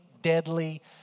deadly